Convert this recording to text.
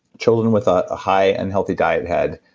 children with a high and healthy diet had